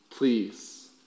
Please